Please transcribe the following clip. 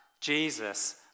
Jesus